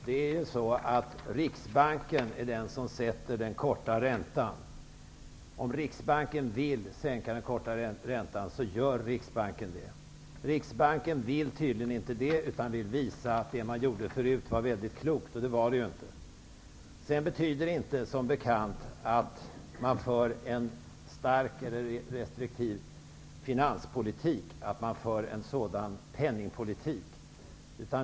Fru talman! Riksbanken fastställer den korta räntan. Om Riksbanken vill sänka den korta räntan, så gör den det. Riksbanken vill tydligen inte det, utan man vill visa att det som man tidigare gjorde var väldigt klokt. Men det var det ju inte. Att man för en restriktiv finanspolitik betyder som bekant inte att man för en sådan penningpolitik.